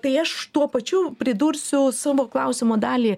prieš tuo pačiu pridursiu savo klausimo dalį